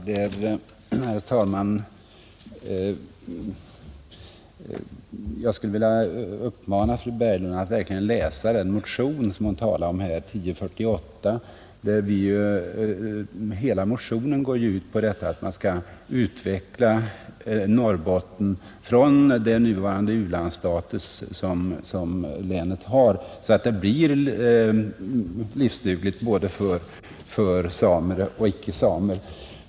Herr talman! Jag skulle vilja uppmana fru Berglund att verkligen läsa den motion som hon talat om, nr 1048. Hela den motionen går ut på att man skall utveckla Norrbottens inland från den u-landsstatus som länet för närvarande har så att det blir livsdugligt både för samer och icke-samer.